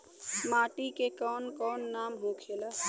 माटी के कौन कौन नाम होखेला?